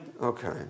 Okay